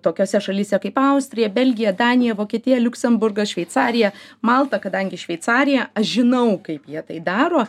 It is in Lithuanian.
tokiose šalyse kaip austrija belgija danija vokietija liuksemburgas šveicarija malta kadangi šveicarija aš žinau kaip jie tai daro